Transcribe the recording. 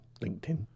LinkedIn